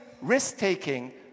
risk-taking